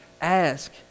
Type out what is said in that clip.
ask